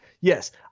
Yes